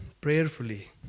prayerfully